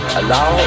allow